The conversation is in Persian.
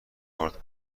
آرد